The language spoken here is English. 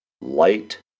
light